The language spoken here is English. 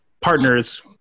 partners